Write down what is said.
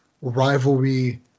rivalry